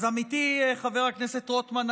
אז עמיתי חבר הכנסת רוטמן,